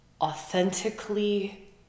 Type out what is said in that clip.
authentically